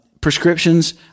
prescriptions